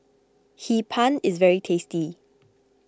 Hee Pan is very tasty